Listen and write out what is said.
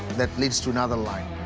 that leads to another line.